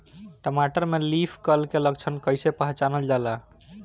टमाटर में leaf curl के लक्षण कइसे पहचानल जाला?